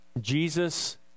Jesus